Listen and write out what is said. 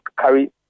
carry